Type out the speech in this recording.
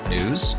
News